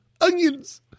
onions